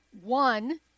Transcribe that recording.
one